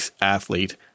athlete